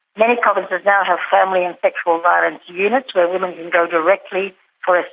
many provinces now have family and sexual violence units where women can go directly for